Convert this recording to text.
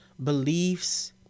beliefs